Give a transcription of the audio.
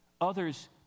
Others